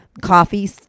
coffee